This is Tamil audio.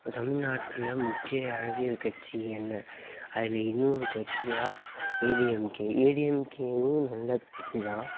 தமிழ்நாட்டில் முக்கிய அரசியல் கட்சி என்ன அதில் இன்னொரு கட்சியாக எடிஎம்கே எடிஎம்கேவும் நல்ல கட்சி தான்